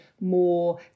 more